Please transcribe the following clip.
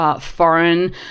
foreign